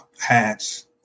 hats